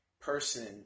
person